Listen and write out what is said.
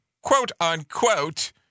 quote-unquote